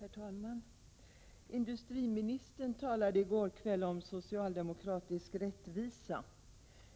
Herr talman! Industriministern talade i går kväll om socialdemokratisk rättvisa.